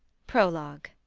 prologue.